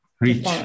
reach